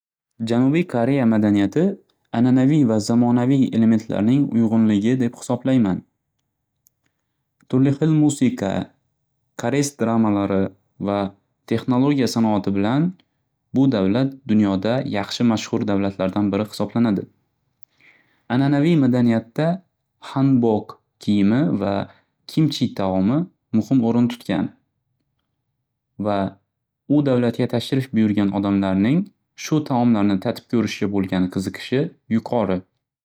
Janubiy Korea madaniyati ananaviy va zamonaviy elementlarning uyg'unligi deb hisoblayman. Turli xil musiqa, Koreys dramalari va texnologiya sanoati bilan u davlat dunyoda yaxshi mashxur davlatlardan biri hisoblanadi. Ananaviy madaniyatda Hanbok kiyimi va kimchi taomi muhim o'rin tutgan. Va u davlatga tashrif buyurgan odamlarning shu taomlarni tatib ko'rishga bo'lgan qiziqishi yuqori.